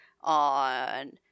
on